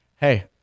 hey